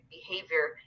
Behavior